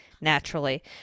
naturally –